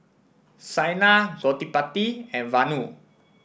Saina Gottipati and Vanu